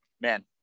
man